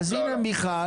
אז הנה מיכל,